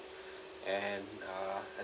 and uh I